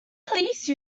please